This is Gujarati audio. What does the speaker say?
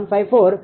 91° છે